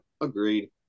agreed